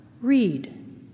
Read